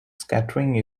scattering